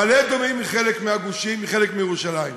מעלה-אדומים היא חלק מהגושים, היא חלק מירושלים,